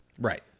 Right